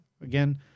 again